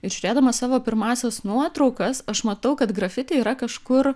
ir žiūrėdama savo pirmąsias nuotraukas aš matau kad grafiti yra kažkur